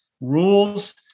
Rules